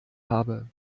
habe